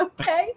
okay